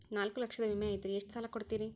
ನಾಲ್ಕು ಲಕ್ಷದ ವಿಮೆ ಐತ್ರಿ ಎಷ್ಟ ಸಾಲ ಕೊಡ್ತೇರಿ?